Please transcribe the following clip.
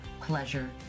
pleasure